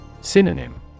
Synonym